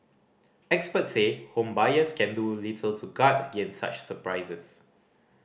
experts say home buyers can do little to guard against such surprises